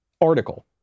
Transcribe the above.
article